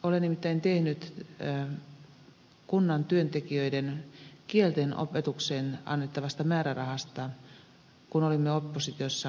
olen nimittäin tehnyt talousarvioaloitteen kunnan työntekijöiden kielten opetukseen annettavasta määrärahasta kun olimme kokoomus oppositiossa